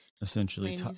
essentially